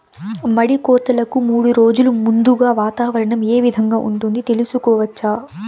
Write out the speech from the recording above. మడి కోతలకు మూడు రోజులు ముందుగా వాతావరణం ఏ విధంగా ఉంటుంది, తెలుసుకోవచ్చా?